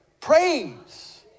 Praise